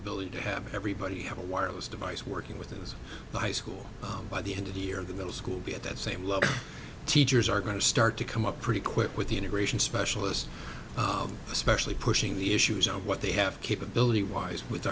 ability to have everybody have a wireless device working with his high school by the end of the year the middle school be at that same level teachers are going to start to come up pretty quick with the integration specialist especially pushing the issues of what they have capability wise with